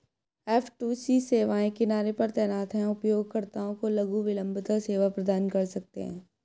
F two C सेवाएं किनारे पर तैनात हैं, उपयोगकर्ताओं को लघु विलंबता सेवा प्रदान कर सकते हैं